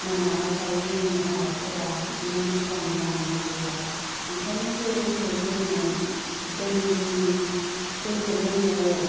मोनाब्लाथाय जोंनि आबादफोरा इदिनो मोजां जानो नागिरा ओंखायनो दैखौ जोंनो दैनि दैखो जोंनो